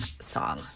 song